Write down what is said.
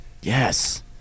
Yes